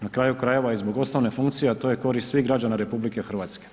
Na kraju krajeva i zbog osnovne funkcije, a to je korist svih građana RH.